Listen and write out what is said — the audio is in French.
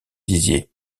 dizier